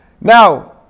Now